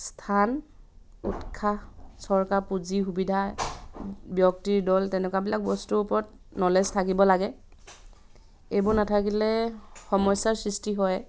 স্থান উৎসাহ চৰকাৰৰ পুঁজি সুবিধা ব্যক্তিৰ দল তেনেকুৱাবিলাক বস্তুৰ ওপৰত নলেজ থাকিব লাগে এইবোৰ নাথাকিলে সমস্যাৰ সৃষ্টি হয়